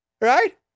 right